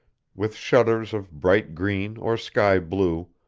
with shutters of bright green or sky-blue,